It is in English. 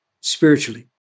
spiritually